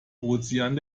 ozean